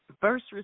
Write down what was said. first